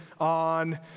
on